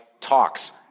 talks